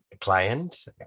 client